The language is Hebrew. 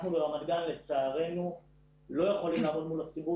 אנחנו ברמת גן לצערנו לא יכולים לעמוד מול הציבור